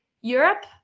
Europe